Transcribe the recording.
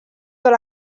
dans